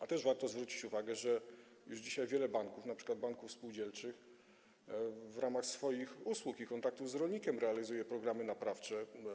A też warto zwrócić uwagę na to, że już dzisiaj wiele banków, np. banków spółdzielczych, w ramach swoich usług i kontaktów z rolnikiem realizuje programy naprawcze.